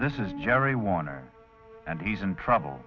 this is jerry warner and he's in trouble